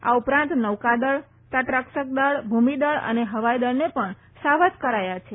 આ ઉપરાંત નૌકાદળ તટરક્ષકદળ ભૂમિદળ અને ફવાઇદળને પણ સાવધ કરાયા છે